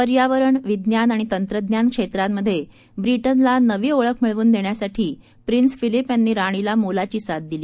पर्यावरण विज्ञान आणि तंत्रज्ञान क्षेत्रांमध्ये ब्रिटनला नवी ओळख मिळवून देण्यासाठी प्रिन्स फिलिप यांनी राणीला मोलाची साथ दिली